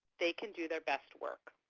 they can do their best work.